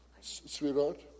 Sweetheart